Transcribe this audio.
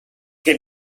que